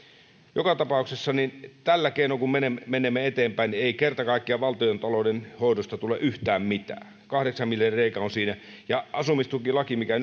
joka tapauksessa kun tällä keinoin menemme eteenpäin niin ei kerta kaikkiaan valtiontalouden hoidosta tule yhtään mitään siinä on kahdeksan miljardin reikä ja asumistukilaissa mikä